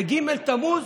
בג' בתמוז,